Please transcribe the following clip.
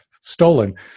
stolen